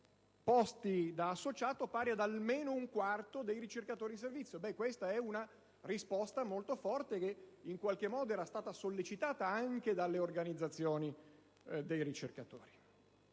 posti da associato pari ad almeno un quarto dei ricercatori in servizio. Questa è una risposta molto forte che, in qualche modo, era stata sollecitata anche dalle organizzazioni dei ricercatori.